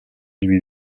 lui